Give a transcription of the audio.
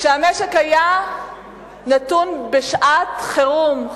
כשהמשק היה נתון בשעת חירום,